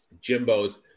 Jimbo's